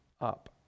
up